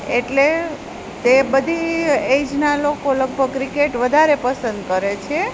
એટલે તે બધી એજના લોકો લગભગ ક્રિકેટ વધારે પસંદ કરે છે